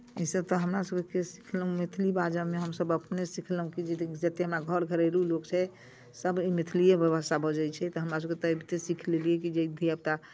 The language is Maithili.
ईसभ तऽ हमरासभके कहियो सीखलहुँ नहि मैथिली बाजयमे हमसभ अपने सीखलहुँ कि जतेक हमरा घर घरेलू लोग छै सभ ई मैथलिएमे भाषा बजै छै तऽ हमरासभके तऽ अबिते सीख लेलियै कि जे ई धिया पूता